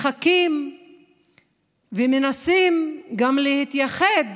מחכים ומנסים גם להתייחד